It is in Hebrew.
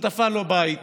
השותפה לא באה איתו.